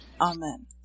Amen